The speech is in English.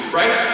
right